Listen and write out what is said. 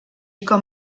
com